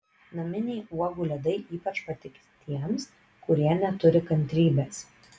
naminiai uogų ledai ypač patiks tiems kurie neturi kantrybės